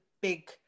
big